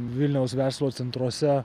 vilniaus verslo centruose